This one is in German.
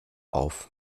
auf